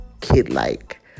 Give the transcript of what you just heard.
kid-like